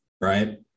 right